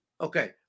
okay